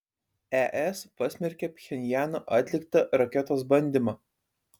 es pasmerkė pchenjano atliktą raketos bandymą